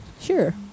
Sure